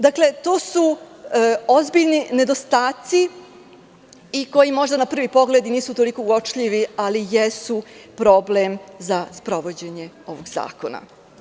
Dakle, to su ozbiljni nedostaci, koji možda na prvi pogled nisu toliko uočljivi, ali jesu problem za sprovođenje ovog zakona.